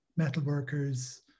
metalworkers